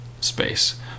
space